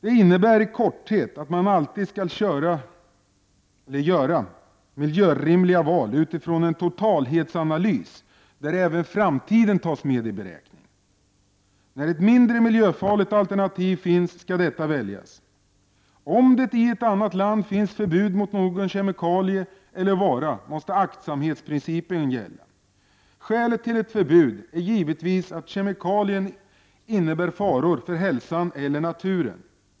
Det innebär i korthet att man alltid skall göra miljörimliga val utifrån en helhetsanalys, där även framtiden tas med i beräkningen. När ett mindre miljöfarligt alternativ finns skall detta väljas. Om det i ett annat land finns förbud mot någon kemikalie eller vara måste aktsamhetsprincipen gälla. Skälet till ett förbud är givetvis att kemikalien innebär faror för hälsan eller naturen.